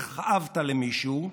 הכאבת למישהו,